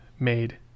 made